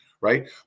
right